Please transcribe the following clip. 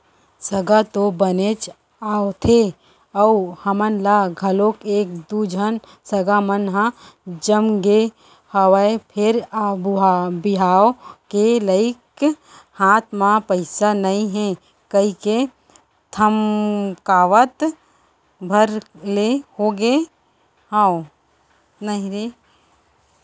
सगा तो बनेच आवथे अउ हमन ल घलौ एक दू झन सगा मन ह जमगे हवय फेर बिहाव के लइक हाथ म पइसा नइ हे कहिके धकमकावत भर ले होगे हंव